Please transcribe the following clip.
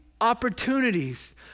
opportunities